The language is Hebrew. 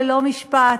ללא משפט,